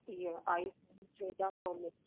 ईअ iPhone चोॾहं Pro max